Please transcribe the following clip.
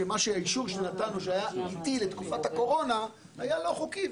שהאישור שנתנו שהיה עתי לתקופת הקורונה היה לא חוקי,